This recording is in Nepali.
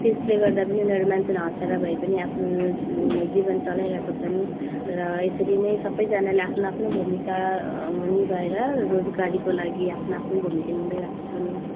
त्यसले गर्दा पनि उनीहरू मान्छेलाई हँसाएर भए पनि आफ्नो जीवन चलाइरहेको छन् र यसरी नै सबैजनाले आफ्नो आफ्नो भूमिका निभाएर रोजगारीको लागि आफ्नो आफ्नो भूमिका निभाइरहेको छन्